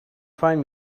find